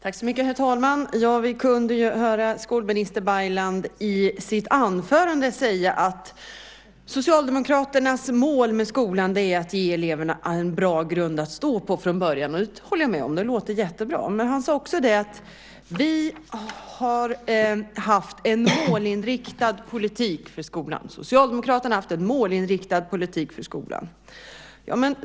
Herr talman! Vi kunde höra skolminister Baylan i sitt anförande säga att Socialdemokraternas mål med skolan är att ge eleverna en bra grund att stå på från början. Det håller jag med om, det låter jättebra. Men han sade också: Vi har haft en målinriktad politik för skolan. Socialdemokraterna har haft en målinriktad politik för skolan.